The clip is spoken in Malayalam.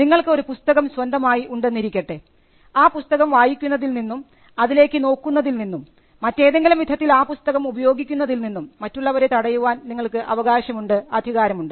നിങ്ങൾക്ക് ഒരു പുസ്തകം സ്വന്തമായി ഉണ്ടെന്നിരിക്കട്ടെ ആ പുസ്തകം വായിക്കുന്നതിൽ നിന്നും അതിലേക്ക് നോക്കുന്നതിൽ നിന്നും മറ്റേതെങ്കിലും വിധത്തിൽ ആ പുസ്തകം ഉപയോഗിക്കുന്നതിൽ നിന്നും മറ്റുള്ളവരെ തടയുവാൻ നിങ്ങൾക്ക് അവകാശമുണ്ട് അധികാരമുണ്ട്